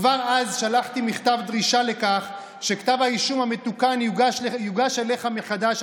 כבר אז שלחתי מכתב דרישה שכתב האישום המתוקן יוגש אליך מחדש,